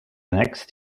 next